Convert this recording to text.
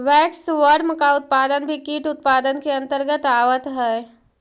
waxworm का उत्पादन भी कीट उत्पादन के अंतर्गत आवत है